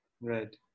right